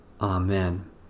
Amen